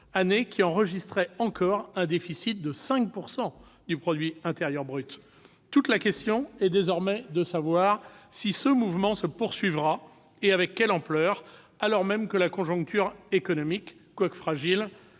année où l'on enregistrait encore un déficit de 5 % du PIB. Eh oui ! Toute la question est désormais de savoir si ce mouvement se poursuivra, et avec quelle ampleur, alors même que la conjoncture économique, quoique fragile,